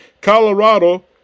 Colorado